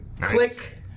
Click